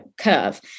curve